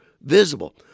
visible